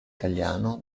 italiano